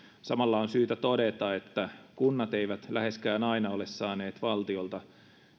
samalla on syytä todeta että kunnat eivät läheskään aina ole saaneet valtiolta